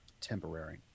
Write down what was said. temporary